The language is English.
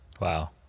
Wow